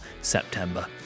September